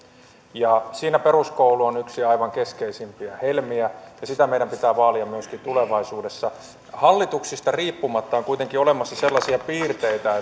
ja siinä peruskoulu on yksi aivan keskeisimpiä helmiä ja sitä pitää meidän vaalia myöskin tulevaisuudessa hallituksista riippumatta on kuitenkin olemassa sellaisia piirteitä